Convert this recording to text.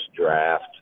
draft